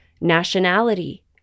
nationality